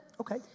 Okay